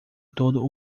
todo